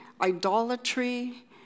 idolatry